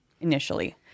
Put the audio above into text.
initially